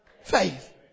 faith